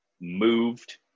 moved